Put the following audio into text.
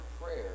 prayer